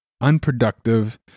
unproductive